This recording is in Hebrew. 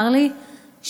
צר לי שהשר